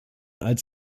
als